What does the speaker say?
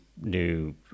new